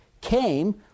came